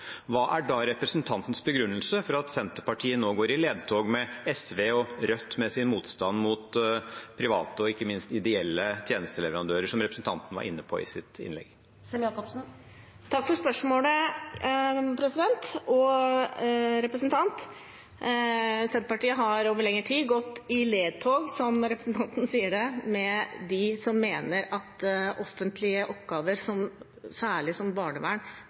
Hva er da representantens begrunnelse for at Senterpartiet nå går i ledtog med SV og Rødt med sin motstand mot private og ikke minst ideelle tjenesteleverandører, som representanten var inne på i sitt innlegg? Takk for spørsmålet. Senterpartiet har over lengre tid gått «i ledtog», som representanten sier det, med dem som mener at offentlige oppgaver, særlig oppgaver som barnevern,